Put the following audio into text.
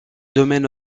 domaine